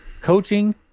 Coaching